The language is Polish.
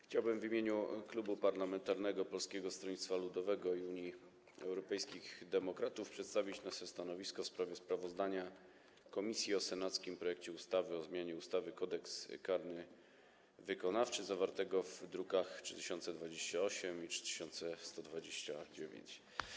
Chciałbym w imieniu Klubu Poselskiego Polskiego Stronnictwa Ludowego - Unii Europejskich Demokratów przedstawić nasze stanowisko w sprawie sprawozdania komisji o senackim projekcie ustawy o zmianie ustawy Kodeks karny wykonawczy, druki nr 3028 i 3129.